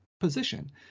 position